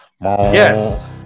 Yes